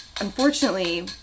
unfortunately